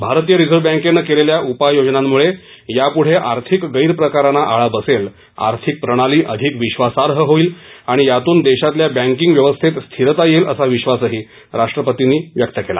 भारतीय रिझर्व्ह बँकेनं केलेल्या उपाययोजनांमुळे यापुढे आर्थिक गैरप्रकारांना आळा बसेल आर्थिक प्रणाली अधिक विश्वासार्ह होईल आणि यातून देशातल्या बँकीग व्यवस्थेत स्थिरता येईल असा विश्वासही राष्ट्रपती रामनाथ कोविंद यांनी व्यक्त केला